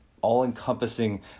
all-encompassing